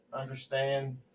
understand